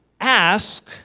Ask